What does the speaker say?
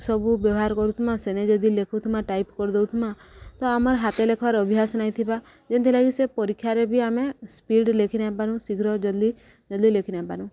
ସବୁ ବ୍ୟବହାର କରୁଥିମା ସେନେ ଯଦି ଲେଖମା ଟାଇପ୍ କରିଦେଉଥିମା ତ ଆମର ହାାତ ଲେଖବାର ଅଭ୍ୟାସ ନାଇଁଥିବା ଯେନ୍ଥିଲାଗି ସେ ପରୀକ୍ଷାରେ ବି ଆମେ ସ୍ପିଡ଼ ଲେଖି ନାଇଁପାରୁ ଶୀଘ୍ର ଜଲ୍ଦି ଜଲ୍ଦି ଲେଖି ନାଇଁପାରୁ